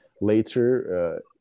later